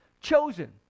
chosen